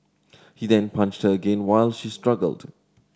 he then punched her again while she struggled